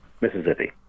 Mississippi